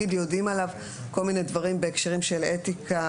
אם יודעים עליו כל מיני דברים בהקשרים של אתיקה,